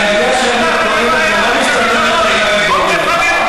אני יודע שהאמת כואבת ולא מסתדרת עם העמדות שלך,